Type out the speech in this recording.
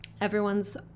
everyone's